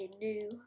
new